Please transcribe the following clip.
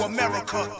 America